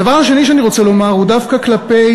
הדבר השני שאני רוצה לומר הוא דווקא כלפי